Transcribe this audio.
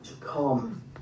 come